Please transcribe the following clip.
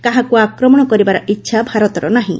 କାହାକୁ ଆକ୍ରମଣ କରିବାର ଇଚ୍ଛା ଭାରତର ନାହିଁ